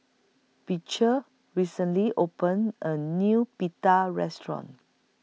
Beecher recently opened A New Pita Restaurant